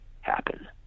happen